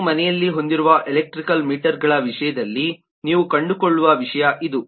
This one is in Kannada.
ನಾವು ಮನೆಯಲ್ಲಿ ಹೊಂದಿರುವ ಎಲೆಕ್ಟ್ರಿಕಲ್ ಮೀಟರ್ಗಳ ವಿಷಯದಲ್ಲಿ ನೀವು ಕಂಡುಕೊಳ್ಳುವ ವಿಷಯ ಇದು